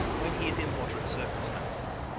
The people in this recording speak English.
when he is in moderate circumstances